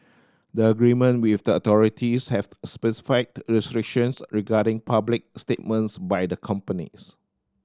the agreement with the authorities have specific restrictions regarding public statements by the companies